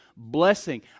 blessing